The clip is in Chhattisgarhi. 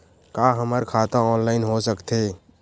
का हमर खाता ऑनलाइन हो सकथे?